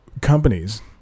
companies